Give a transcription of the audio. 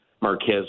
Marquez